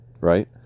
right